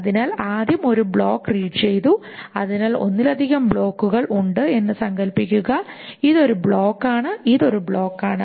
അതിനാൽ ആദ്യം ഒരു ബ്ലോക്ക് റീഡ് ചെയ്തു അതിനാൽ ഒന്നിലധികം ബ്ലോക്കുകൾ ഉണ്ട് എന്ന് സങ്കല്പിക്കുക ഇത് ഒരു ബ്ലോക്ക് ആണ് ഇത് ഒരു ബ്ലോക്ക് ആണ്